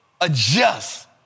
adjust